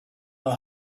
know